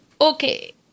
okay